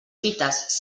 fites